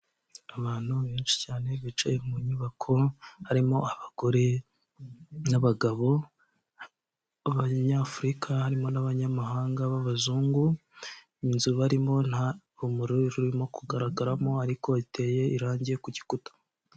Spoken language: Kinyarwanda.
Abantu benshi cyane bicaye mu nyubako, harimo abagore n'abagabo b'abanyafurika, harimo n'abanyamahanga b'abazungu, inzu barimo nta rumuri rurimo kugaragaramo, ariko iteye irangi ku gikuta.